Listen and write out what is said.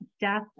death